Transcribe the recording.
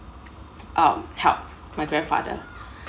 um help my grandfather